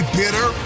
bitter